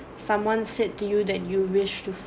someone said to you that you wish to